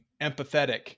empathetic